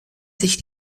sich